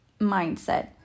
mindset